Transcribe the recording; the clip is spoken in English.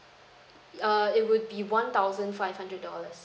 err it would be one thousand five hundred dollars